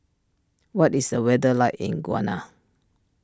what is the weather like in Ghana